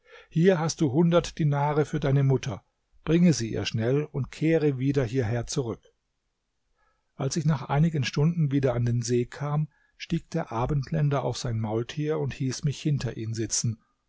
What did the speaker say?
hier hast du hundert dinare für deine mutter bringe sie ihr schnell und kehre wieder hierher zurück als ich nach einigen stunden wieder an den see kam stieg der abendländer auf sein maultier und hieß mich hinter ihn sitzen